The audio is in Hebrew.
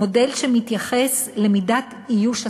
מודל שמתייחס למידת איוש התקנים,